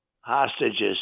hostages